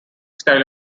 style